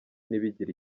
ntibigire